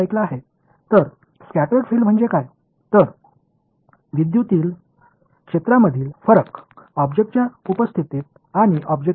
இப்போது scattered field என்று அழைக்கப்படும் ஒரு கருத்தை அறிமுகப்படுத்த இது ஒரு நல்ல நேரம்